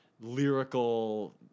lyrical